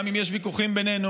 גם אם יש ויכוחים בינינו,